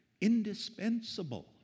Indispensable